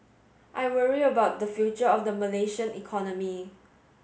I worry about the future of the Malaysian economy